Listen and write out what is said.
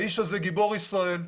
האיש הזה גיבור ישראל,